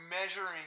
measuring